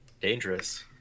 Dangerous